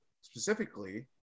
specifically